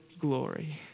glory